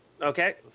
Okay